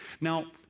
Now